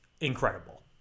incredible